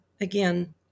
again